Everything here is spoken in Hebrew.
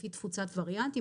לפי תפוצת וריאנטים,